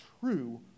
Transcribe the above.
true